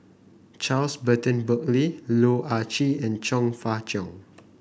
Charles Burton Buckley Loh Ah Chee and Chong Fah Cheong